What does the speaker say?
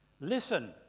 Listen